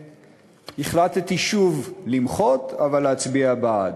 והחלטתי שוב למחות אבל להצביע בעד.